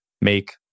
make